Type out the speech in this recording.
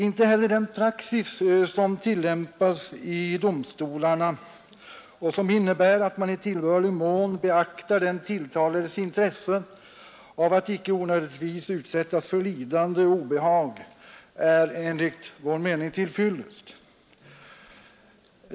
Inte heller den praxis som tillämpas i domstolarna och som innebär att man i tillbörlig mån beaktar den tilltalades intresse av att icke onödigtvis utsättas för lidande och obehag är enligt vår mening till fyllest.